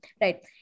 right